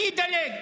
אני אדלג.